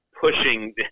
pushing